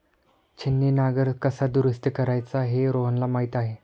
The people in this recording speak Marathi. छिन्नी नांगर कसा दुरुस्त करायचा हे रोहनला माहीत आहे